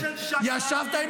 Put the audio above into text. אני גאה,